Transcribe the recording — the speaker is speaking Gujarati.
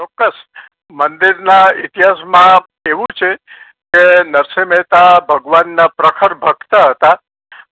ચોક્કસ મંદિરના ઈતિહાસમાં એવું છે કે નરસિંહ મહેતા ભગવાનના પ્રખર ભક્ત હતા